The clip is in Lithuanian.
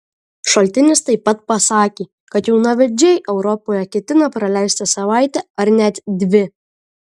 šaltinis taip pat pasakė kad jaunavedžiai europoje ketina praleisti savaitę ar net dvi